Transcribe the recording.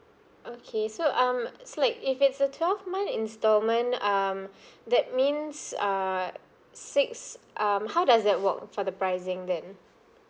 okay so um it's like if it's a twelve month installment um that means uh six um how does that work for the pricing then